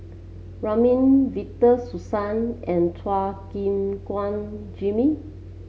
Ramli Victor Sassoon and Chua Gim Guan Jimmy